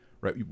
right